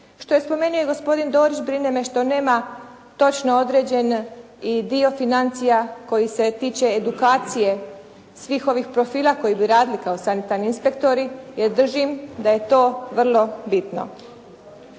Što je i spomenuo gospodin Dorić, brine me što nema točno određen i dio financija koji se tiče i edukacije svih ovih profila koji bi radili kao sanitarni inspektori jer držim da je to vrlo bitno.